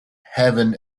heaven